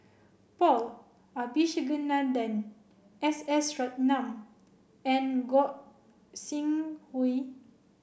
Paul Abisheganaden S S Ratnam and Gog Sing Hooi